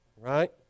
right